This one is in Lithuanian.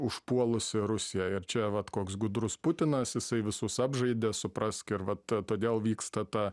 užpuolusi rusiją ir čia vat koks gudrus putinas jisai visus apžaidė suprask ir vat todėl vyksta ta